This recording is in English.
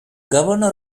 governor